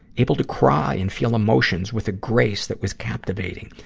able to cry and feel emotions with a grace that was captivating.